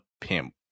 pimp